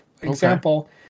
example